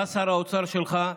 בא שר האוצר שלך,